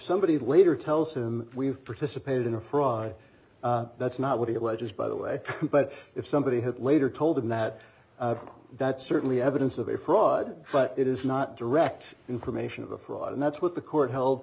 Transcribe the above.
somebody later tells him we've participated in a fraud that's not what he alleges by the way but if somebody had later told him that that's certainly evidence of a fraud but it is not direct information of a fraud and that's what the court he